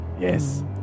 yes